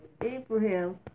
Abraham